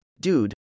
Dude